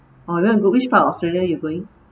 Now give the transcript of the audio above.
oh you want to go which part australia you going